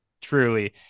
Truly